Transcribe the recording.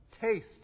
taste